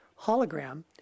hologram